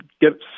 get